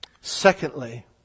Secondly